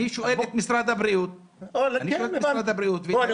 אני שואל את משרד הבריאות ואת היועץ המשפטי